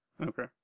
Okay